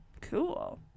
Cool